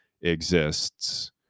exists